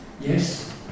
Yes